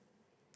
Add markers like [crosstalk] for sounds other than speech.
[noise]